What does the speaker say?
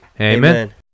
Amen